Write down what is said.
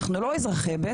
אנחנו לא אזרחים סוג ב',